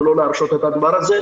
ולא להרשות את הדבר הזה,